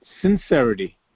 sincerity